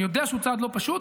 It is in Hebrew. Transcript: אני יודע שהוא צעד לא פשוט,